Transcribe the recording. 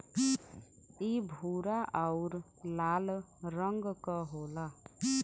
इ भूरा आउर लाल रंग क होला